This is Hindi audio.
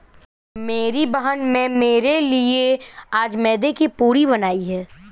मेरी बहन में मेरे लिए आज मैदे की पूरी बनाई है